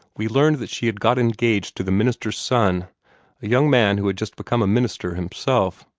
we learned that she had got engaged to the minister's son a young man who had just become a minister himself.